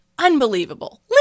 unbelievable